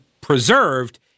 preserved